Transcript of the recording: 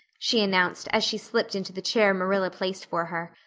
she announced as she slipped into the chair marilla placed for her.